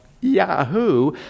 Yahoo